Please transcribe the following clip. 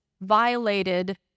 violated